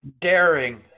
daring